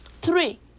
Three